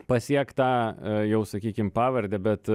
pasiekt tą jau sakykim pavardę bet